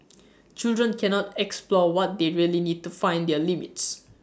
children cannot explore what they really need to find their limits